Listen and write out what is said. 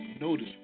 Notice